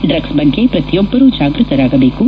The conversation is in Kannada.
ಡ್ರಗ್ಸ್ ಬಗ್ಗೆ ಪ್ರತಿಯೊಬ್ಬರೂ ಜಾಗೃತರಾಗಬೇಕು